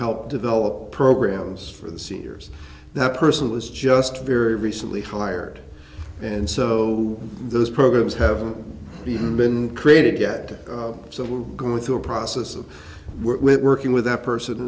help develop programs for the seniors that person was just very recently hired and so those programs have been created yet so we're going through a process of working with that person